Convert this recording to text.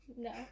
No